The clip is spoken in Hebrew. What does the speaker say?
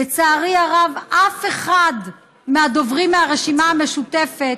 לצערי הרב, אף אחד מהדוברים מהרשימה המשותפת